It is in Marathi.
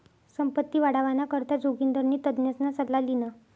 संपत्ती वाढावाना करता जोगिंदरनी तज्ञसना सल्ला ल्हिना